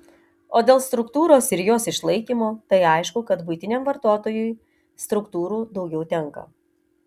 o dėl struktūros ir jos išlaikymo tai aišku kad buitiniam vartotojui struktūrų daugiau tenka